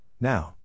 now